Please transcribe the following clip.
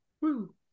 Woo